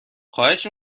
خواهش